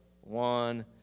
one